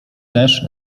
też